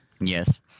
Yes